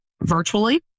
virtually